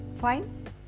fine